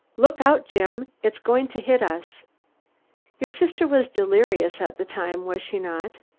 look out, jim! it's going to hit us your sister was delirious at the time, was she not?